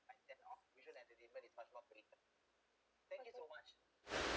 I stand oh visual entertainment is much more brief lah thank you so much